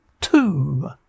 Two